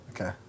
okay